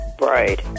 right